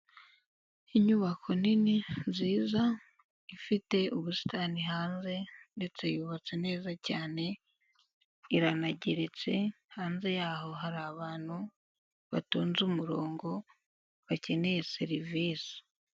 Inyubako nini nziza ifite ubusitani hanze, ndetse yubatse neza cyane iranageretse, hanze yaho hari abantu batonze umurongo bakeneye serivisi.